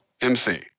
MC